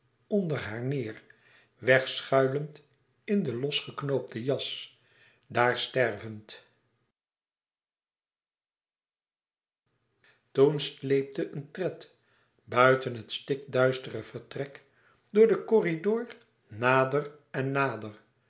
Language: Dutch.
onder haar neêr wegschuilend in de los geknoopte jas daar stervend toen sleepte een tred buiten het stikduistere vertrek door den corridor nader en nader